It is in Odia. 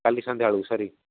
କାଲି ସନ୍ଧ୍ୟାବେଳକୁ ସରି